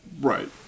Right